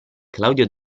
claudio